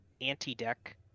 anti-deck